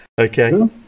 Okay